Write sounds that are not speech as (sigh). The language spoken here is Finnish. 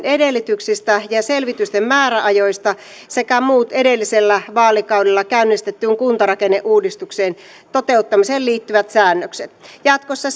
(unintelligible) edellytyksistä ja selvitysten määräajoista sekä muut edellisellä vaalikaudella käynnistetyn kuntarakenneuudistuksen toteuttamiseen liittyvät säännökset jatkossa (unintelligible)